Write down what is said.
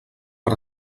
per